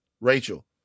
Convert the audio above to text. Rachel